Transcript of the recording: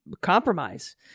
compromise